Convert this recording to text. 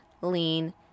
lean